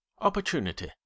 opportunity